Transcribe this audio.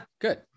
good